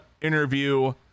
interview